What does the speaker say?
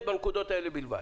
בנקודות האלה בלבד.